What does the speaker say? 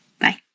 Bye